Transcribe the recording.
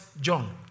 John